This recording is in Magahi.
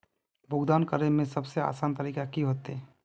भुगतान करे में सबसे आसान तरीका की होते?